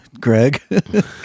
Greg